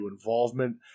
involvement